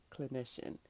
clinician